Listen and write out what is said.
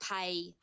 pay